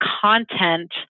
content